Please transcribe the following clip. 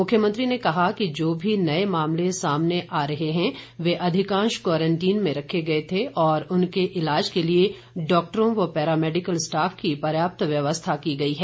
मुख्यमंत्री ने कहा है कि जो भी नए मामले सामने आ रहे है वे अधिकांश मरीज क्वारंटीन में रखे गए थे और उनके ईलाज के लिए डाक्टरों व पैरामैडिकल स्टाफ की पर्याप्त व्यवस्था की गई है